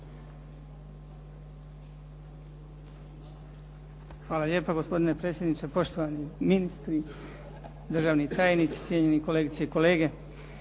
Hvala lijepa, gospodine predsjedniče. Poštovani ministri, državni tajnici, cijenjeni kolegice i kolege.